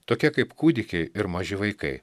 tokia kaip kūdikiai ir maži vaikai